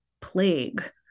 plague